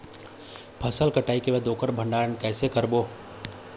फसल कटाई के बाद ओकर भंडारण कइसे करबो?